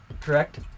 correct